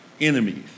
enemies